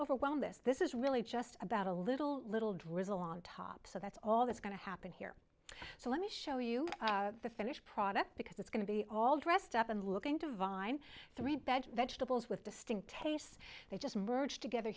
overwhelm this this is really just about a little little drizzle on top so that's all that's going to happen here so let me show you the finished product because it's going to be all dressed up and looking to vine three beds vegetables with distinct tastes they just merge together